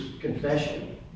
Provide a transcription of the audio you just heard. confession